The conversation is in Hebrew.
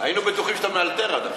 היינו בטוחים שאתה מאלתר עד עכשיו.